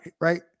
right